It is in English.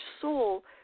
soul